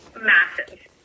Massive